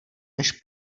než